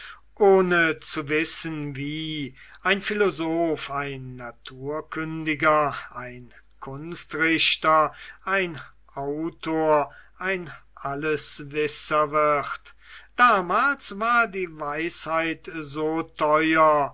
ohne zu wissen wie ein philosoph ein kunstrichter ein autor ein alleswisser wird damals war die weisheit so teuer